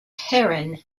heron